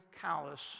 callous